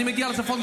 אני מגיע לצפון,